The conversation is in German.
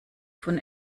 von